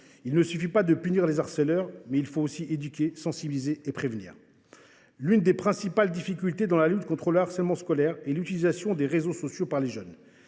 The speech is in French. Il ne suffit pas de punir les harceleurs, il faut aussi éduquer, sensibiliser et prévenir. L’une des principales difficultés dans la lutte contre le harcèlement scolaire est l’utilisation des réseaux sociaux par les jeunes.